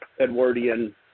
edwardian